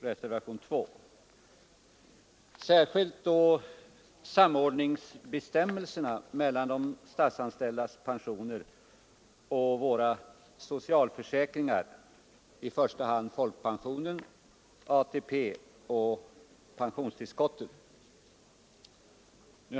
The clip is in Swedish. Det gäller särskilt bestämmelserna för samordning mellan de statsanställdas pensioner och våra socialförsäkringar, i första hand folkpensionen, ATP och pensionstillskotten.